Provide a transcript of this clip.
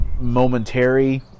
momentary